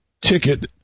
ticket